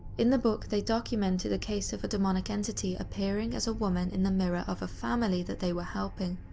in the book they documented a case of a demonic entity appearing as a woman in the mirror of a family that they were helping.